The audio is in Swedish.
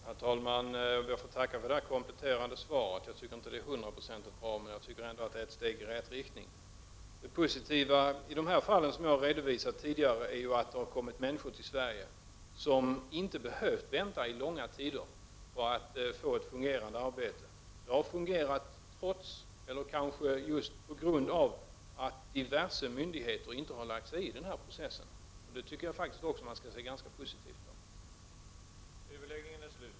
Herr talman! Jag ber att få tacka för det kompletterande svaret. Jag tycker inte att det är hundraprocentigt bra, men jag anser ändå att det är ett steg i rätt riktning. Det positiva i de fall som jag tidigare har redovisat är att det kommit människor till Sverige som inte behövt vänta i långa tider på att få ett fungerande arbete. Detta har fungerat trots, eller kanske på grund av, att diverse myndigheter inte har lagt sig i den här processen. Det tycker jag att man skall se ganska positivt på.